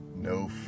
no